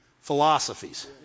philosophies